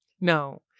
no